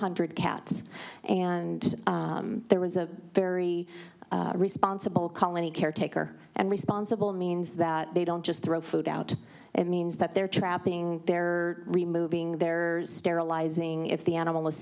hundred cats and there was a very responsible colony caretaker and responsible means that they don't just throw food out it means that they're trapping they're removing their sterilizing if the animal is